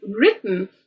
written